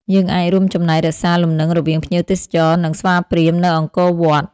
យើងអាចរួមចំណែករក្សាលំនឹងរវាងភ្ញៀវទេសចរ និងស្វាព្រាហ្មណ៍នៅអង្គរវត្ត។